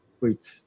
Wait